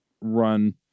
run